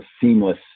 seamless